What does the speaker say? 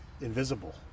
invisible